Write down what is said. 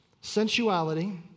sensuality